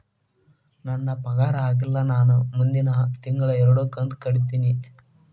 ನನ್ನ ಪಗಾರ ಆಗಿಲ್ಲ ನಾ ಮುಂದಿನ ತಿಂಗಳ ಎರಡು ಕಂತ್ ಕಟ್ಟತೇನಿ